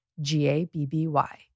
G-A-B-B-Y